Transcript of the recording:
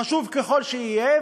חשוב ככל שיהיה,